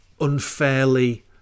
unfairly